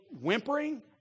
whimpering